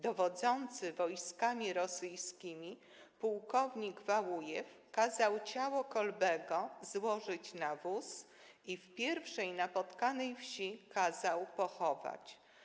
Dowodzący wojskami rosyjskimi płk Wałujew kazał ciało Kolbego złożyć na wóz i w pierwszej napotkanej wsi pochować.